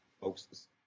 folks